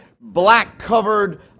black-covered